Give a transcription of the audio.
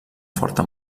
forta